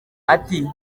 ati